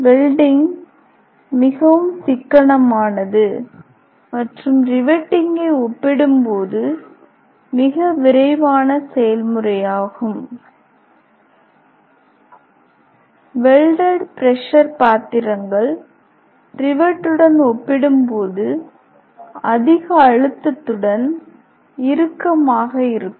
welding மிகவும் சிக்கனமானது மற்றும் ரிவெட்டிங்கை ஒப்பிடும்போது மிக விரைவான செயல்முறையாகும் வெல்டட் பிரஷர் பாத்திரங்கள் ரிவெர்ட்டுடன் ஒப்பிடும்போது அதிக அழுத்தத்துடன் இறுக்கமாக இருக்கும்